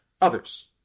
others